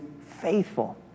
faithful